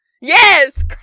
Yes